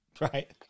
Right